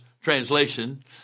translation